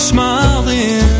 Smiling